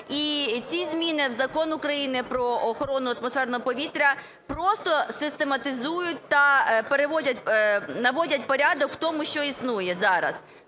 і ці зміни в Закон України "Про охорону атмосферного повітря" просто систематизують та наводять порядок в тому, що існує зараз.